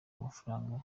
amafaranga